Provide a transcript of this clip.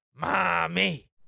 Mommy